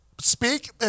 speak